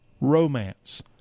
romance